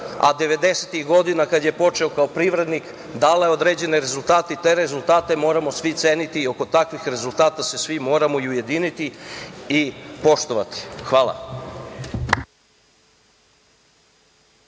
a 90-ih godina kada je počeo kao privrednik, dala određene rezultate i te rezultate moramo svi ceniti i oko takvih rezultata se svi moramo ujediniti i poštovati. Hvala.